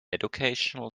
educational